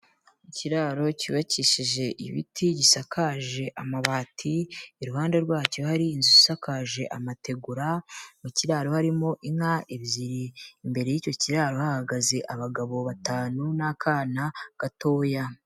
Ikiraro cyubakishije ibiti, gisakaje amabati, iruhande rwacyo hari inzu isakaje amategura, mu kiraro harimo inka ebyiri, imbere y'icyo kiraro hagaze abagabo batanu n'akana gatoya.